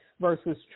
versus